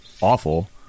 awful